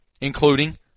including